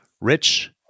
rich